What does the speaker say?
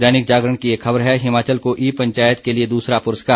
दैनिक जागरण की एक खबर है हिमाचल को ई पंचायत के लिए दूसरा पुरस्कार